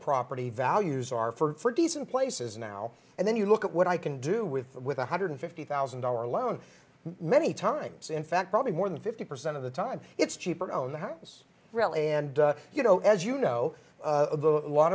property values are for decent places now and then you look at what i can do with with one hundred fifty thousand dollar loan many times in fact probably more than fifty percent of the time it's cheaper own the house really and you know as you know a lot